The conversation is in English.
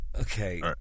Okay